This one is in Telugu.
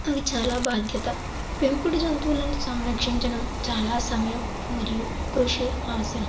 ఇది చాలా బాధ్యత పెంపుడు జంతువులను సంరక్షించడం చాలా సమయం మరియు కృషి అవసరం